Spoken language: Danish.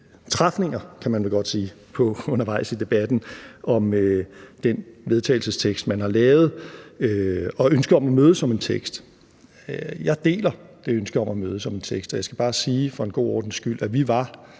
træfninger af, kan man vel godt sige, undervejs i debatten – om den vedtagelsestekst, man har lavet, og der har været ønske om at mødes om en tekst. Jeg deler det ønske om at mødes om en tekst. Og jeg skal bare sige for en god ordens skyld, at vi var